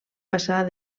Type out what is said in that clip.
passar